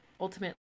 ultimately